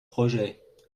projet